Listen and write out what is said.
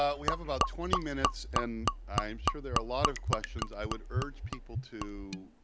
ah we have about twenty minutes. and i'm sure there are a lot of questions. i would urge people to,